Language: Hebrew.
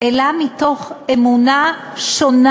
אלא מתוך אמונה שונה.